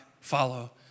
follow